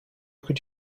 could